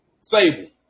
Sable